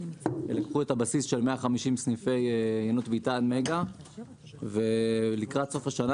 לקחנו את הבסיס של 150 סניפי יינות ביתן-מגה ולקראת סוף השנה